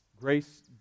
Grace